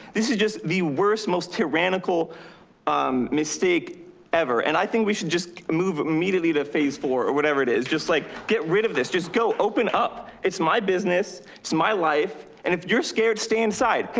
this is just the worst, most heretical um mistake ever. and i think we should just move immediately to phase four or whatever it is. just like, get rid of this. just go open up. it's my business. it's my life. and if you're scared, stay inside.